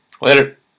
later